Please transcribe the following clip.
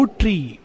tree